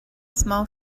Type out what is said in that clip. small